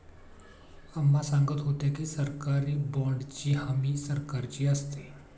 अम्मा सांगत होत्या की, सरकारी बाँडची हमी सरकारची असते